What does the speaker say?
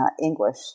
English